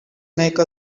make